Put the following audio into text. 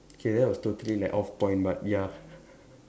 okay that was totally like off point but ya